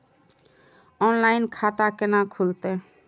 Online खाता केना खुलते?